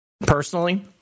Personally